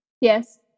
Yes